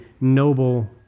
noble